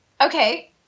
okay